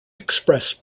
express